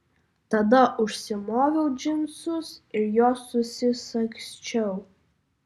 tada užsimoviau džinsus ir juos susisagsčiau